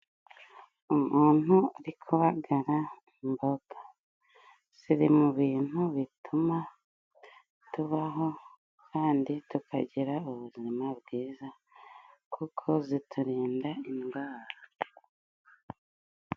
Umuntu urikubagara imboga ziri mu bintu bituma tubaho kandi tukagira ubuzima bwiza kuko ziturinda indwara.